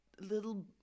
little